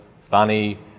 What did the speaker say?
funny